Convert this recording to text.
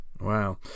Wow